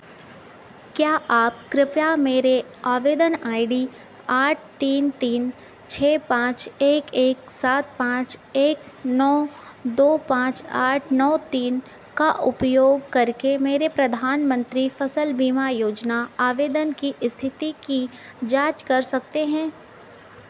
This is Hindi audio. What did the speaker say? क्या आप कृपया मेरे आवेदन आई डी आठ तीन तीन छः पाँच एक एक सात पाँच एक नौ दो पाँच आठ नौ तीन का उपयोग करके मेरे प्रधानमंत्री फ़सल बीमा योजना आवेदन की स्थिति की जाँच कर सकते हैं